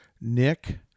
Nick